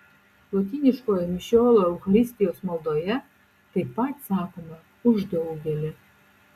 lotyniškojo mišiolo eucharistijos maldoje taip pat sakoma už daugelį